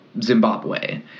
Zimbabwe